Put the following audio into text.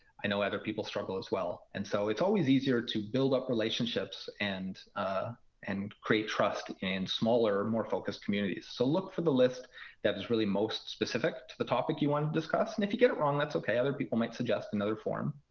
i know other people struggle as well. and so it's always easier to build up relationships and ah and create trust in and smaller, more focused communities. so look for the list that is really most specific to the topic you want to discuss. and if you get it wrong, that's ok. other people might suggest another form.